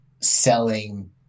selling